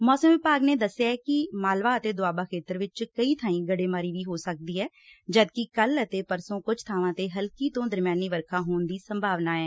ਮੌਸਮ ਵਿਭਾਗ ਨੇ ਦਸਿਐ ਕਿ ਮਾਲਵਾ ਅਤੇ ਦੁਆਬਾ ਖੇਤਰ ਵਿਚ ਕਈ ਬਾਈਂ ਗੜੇਮਾਰੀ ਵੀ ਹੋ ਸਕਦੀ ਏ ਜਦਕਿ ਕੱਲ੍ਹ ਅਤੇ ਪਰਸੋਂ ਕੁਝ ਬਾਵਾਂ ਤੇ ਹਲਕੀ ਤੋਂ ਦਰਮਿਆਨੀ ਵਰਖਾ ਹੋਣ ਦੀ ਸੰਭਾਵਨਾ ਐ